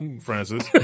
Francis